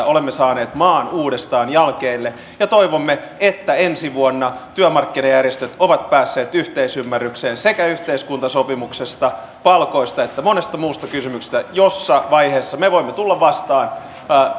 olemme saaneet maan uudestaan jalkeille ja toivomme että ensi vuonna työmarkkinajärjestöt ovat päässeet yhteisymmärrykseen sekä yhteiskuntasopimuksesta palkoista että monesta muusta kysymyksestä missä vaiheessa me voimme tulla vastaan